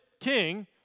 king